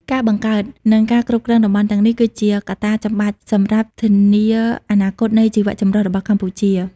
ការបង្កើត និងការគ្រប់គ្រងតំបន់ទាំងនេះ គឺជាកត្តាចាំបាច់សម្រាប់ធានាអនាគតនៃជីវៈចម្រុះរបស់កម្ពុជា។